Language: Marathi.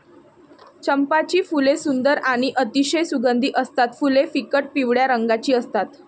चंपाची फुले सुंदर आणि अतिशय सुगंधी असतात फुले फिकट पिवळ्या रंगाची असतात